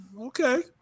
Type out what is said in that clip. Okay